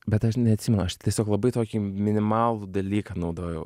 bet aš neatsimenu aš tiesiog labai tokį minimalų dalyką naudojau